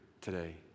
today